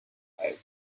oak